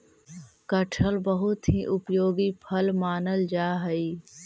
कटहल बहुत ही उपयोगी फल मानल जा हई